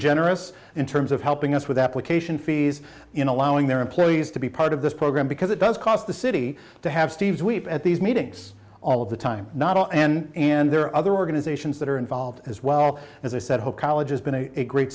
generous in terms of helping us with application fees in allowing their employees to be part of this program because it does cost the city to have steve's weep at these meetings all of the time not all and and there are other organizations that are involved as well as i said hope college has been a great